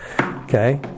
Okay